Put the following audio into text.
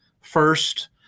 First